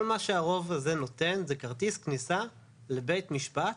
כל מה שהרוב הזה נותן זה כרטיס כניסה לבית משפט,